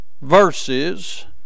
verses